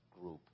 group